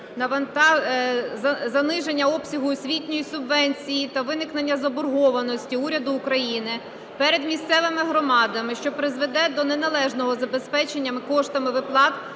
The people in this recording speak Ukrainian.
заниження обсягу освітньої субвенції та виникнення заборгованості уряду України перед місцевими громадами, що призвело до неналежного забезпечення коштами виплат